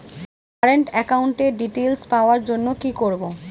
Current একাউন্টের details পাওয়ার জন্য কি করব?